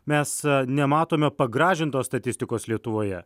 mes nematome pagražintos statistikos lietuvoje